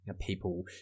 people